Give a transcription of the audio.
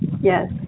Yes